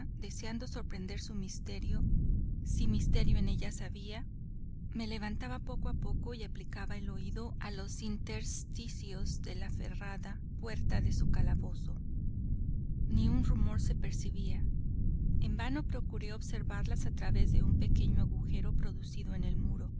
deseando sorprender su misterio si misterios en ellas había me levantaba poco a poco y aplicaba e oído a los intersticios de la ferrada puerta de su calabozo ni un rumor se percibía en vano procure observarlas a través de un pequeño agujero producido en el muro